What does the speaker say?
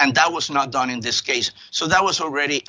and that was not done in this case so that was already